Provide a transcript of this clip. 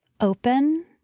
open